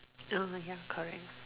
oh my God correct